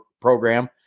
program